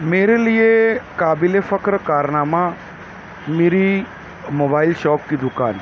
میرے لیے قابل فخر کارنامہ میری موبائل شاپ کی دکان ہے